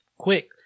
quick